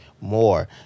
more